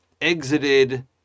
exited